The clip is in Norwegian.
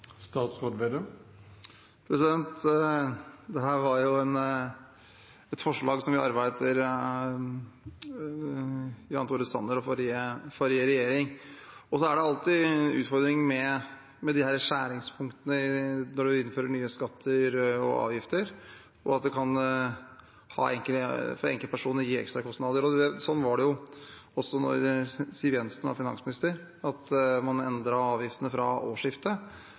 var et forslag vi arvet etter Jan Tore Sanner og forrige regjering. Det er alltid en utfordring med disse skjæringspunktene når man innfører nye skatter og avgifter, og at det for enkeltpersoner kan gi enkeltkostnader. Sånn var det også da Siv Jensen var finansminister, at man endret avgiftene fra årsskiftet.